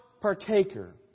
partaker